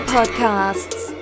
Podcasts